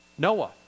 Noah